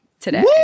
today